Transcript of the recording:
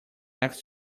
next